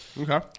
Okay